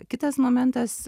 kitas momentas